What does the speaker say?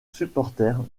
supporters